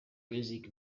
music